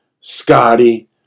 Scotty